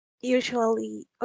usually